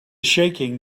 shaking